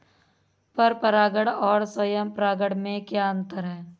पर परागण और स्वयं परागण में क्या अंतर है?